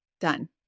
done